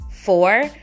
Four